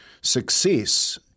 success